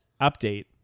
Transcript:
update